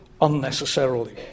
unnecessarily